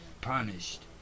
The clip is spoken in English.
punished